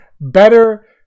better